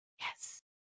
Yes